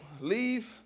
leave